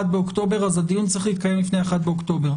באוקטובר אז הדיון צריך להתקיים לפני 1 באוקטובר.